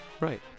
Right